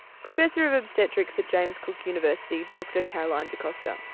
professor of obstetrics at james cook university dr caroline de costa.